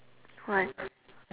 what